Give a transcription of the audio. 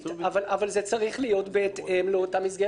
אבל זה צריך להיות בהתאם לאותה מסגרת של הפטורים.